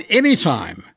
anytime